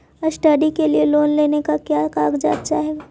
Study के लिये loan लेने मे का क्या कागजात चहोये?